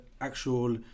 actual